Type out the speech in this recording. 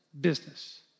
business